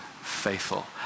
faithful